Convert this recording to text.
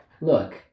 Look